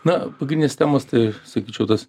na pagrindinės temos tai sakyčiau tas